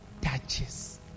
touches